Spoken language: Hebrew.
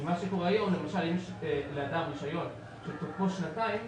מה שקורה היום שאם למשל יש אדם רישיון שתוקפו שנתיים,